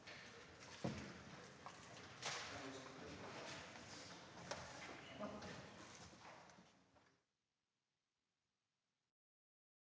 Tak.